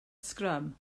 sgrym